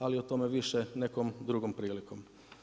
Ali o tome više nekom drugom prilikom.